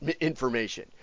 information